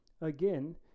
again